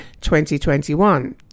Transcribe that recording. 2021